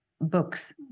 books